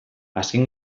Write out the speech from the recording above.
azken